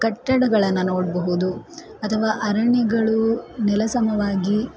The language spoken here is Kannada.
ಕಟ್ಟಡಗಳನ್ನು ನೋಡಬಹುದು ಅಥವಾ ಅರಣ್ಯಗಳು ನೆಲಸಮವಾಗಿ